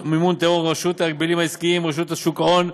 רשות ההגבלים העסקיים ורשות שוק ההון,